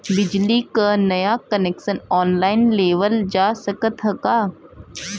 बिजली क नया कनेक्शन ऑनलाइन लेवल जा सकत ह का?